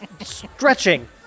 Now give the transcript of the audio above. stretching